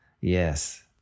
Yes